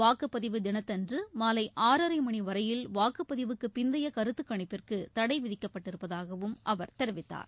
வாக்குப்பதிவு தினத்தன்று மாலை ஆறரை மணி வரையில் வாக்குப்பதிவுக்கு பிந்தைய தடை விதிக்கப்பட்டிருப்பதாகவும் அவர் தெரிவித்தார்